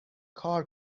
کار